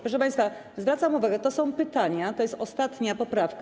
Proszę państwa, zwracam uwagę: to są pytania, to jest ostatnia poprawka.